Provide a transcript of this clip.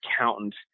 accountant